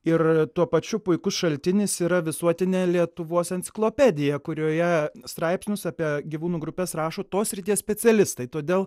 ir tuo pačiu puikus šaltinis yra visuotinė lietuvos enciklopedija kurioje straipsnius apie gyvūnų grupes rašo tos srities specialistai todėl